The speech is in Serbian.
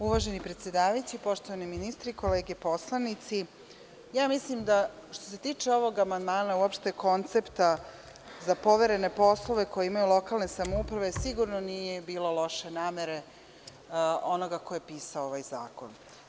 Uvaženi predsedavajući, poštovani ministre, kolege poslanici, mislim da što se tiče ovog amandmana uopšte koncepta za poverene poslove kojima lokalne samouprave sigurno nije bilo loše namere onoga ko je pisao ovaj zakon.